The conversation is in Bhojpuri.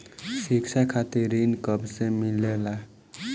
शिक्षा खातिर ऋण कब से मिलेला?